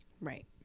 right